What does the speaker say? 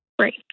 Right